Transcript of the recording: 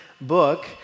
book